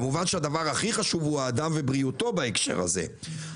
כמובן שהדבר הכי חשוב הוא האדם ובריאותו בהקשר הזה,